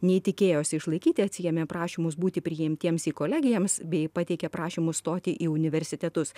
nei tikėjosi išlaikyti atsiėmė prašymus būti priimtiems į kolegijams bei pateikė prašymus stoti į universitetus